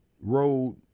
road